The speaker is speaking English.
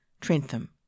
Trentham